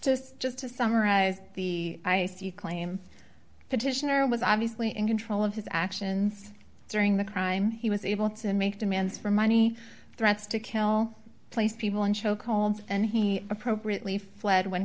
just just to summarize the ice you claim petitioner was obviously in control of his actions during the crime he was able to make demands for money threats to kill placed people in choke homes and he appropriately fled when